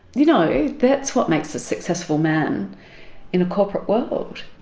you know, that's what makes a successful man in a corporate world.